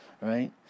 right